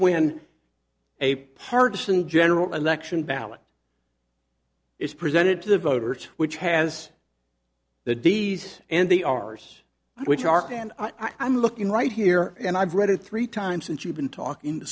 when a partisan general election ballot is presented to the voters which has the d's and the r s which arc and i'm looking right here and i've read it three times since you've been talking